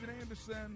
Anderson